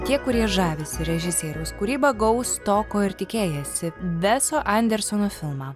tie kurie žavisi režisieriaus kūryba gaus to ko ir tikėjosi veso andersono filmą